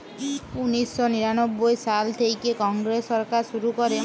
উনিশ শ নিরানব্বই সাল থ্যাইকে কংগ্রেস সরকার শুরু ক্যরে